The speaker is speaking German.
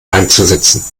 einzusetzen